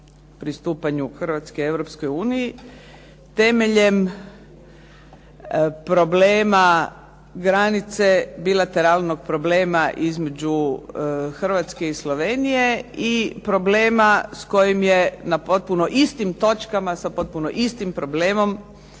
pristupanju Hrvatske Europskoj uniji temeljem problema granice, bilateralnog problema između Hrvatske i Slovenije i problema s kojim je na potpuno istim točkama sa potpuno istim problemom